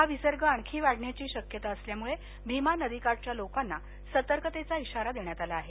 हा विसर्ग आणखी वाढण्याची शक्यता असल्यामुळे भीमा नदीकाठच्या लोकांना सतर्कतेचा इशारा देण्यात आला आहे